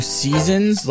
seasons